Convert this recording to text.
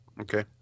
Okay